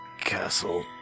Castle